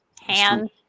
Hand